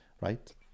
right